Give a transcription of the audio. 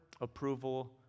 approval